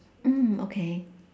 mm okay